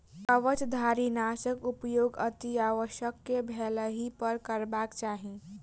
कवचधारीनाशक उपयोग अतिआवश्यक भेलहिपर करबाक चाहि